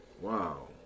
Wow